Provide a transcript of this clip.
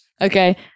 Okay